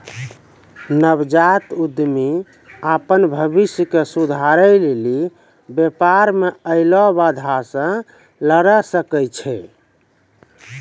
नवजात उद्यमि अपन भविष्य के सुधारै लेली व्यापार मे ऐलो बाधा से लरी सकै छै